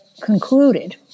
concluded